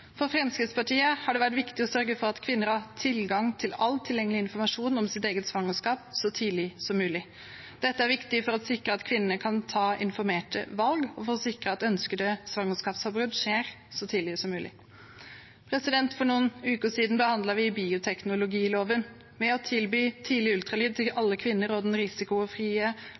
For Fremskrittspartiet har det vært viktig å sørge for at kvinnene har tilgang til all tilgjengelig informasjon om sitt eget svangerskap så tidlig som mulig. Dette er viktig for å sikre at kvinnene kan ta informerte valg, og for å sikre at ønskede svangerskapsavbrudd skjer så tidlig som mulig. For noen uker siden behandlet vi bioteknologiloven. Ved å tilby tidlig ultralyd til alle kvinner og den